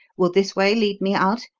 will this way lead me out?